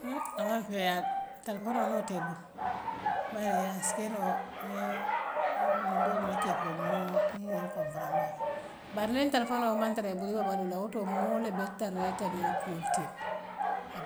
telefonoo niŋ woo tee i bulu bare assi kee noo yee ňiŋ dool miŋ kee fo m'man m'man wool kompurandre baa ke bar niŋ telefonoo man tara i bulu ibe baluula wotoo moo le bee tardee i tariya kuool tiima.